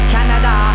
Canada